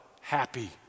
happy